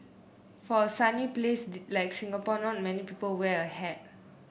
for a sunny place like Singapore not many people wear a hat